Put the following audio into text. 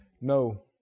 No